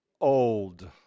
old